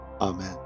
Amen